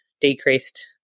decreased